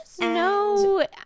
no